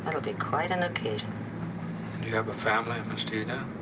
that'll be quite an occasion have a family, miss teasdale?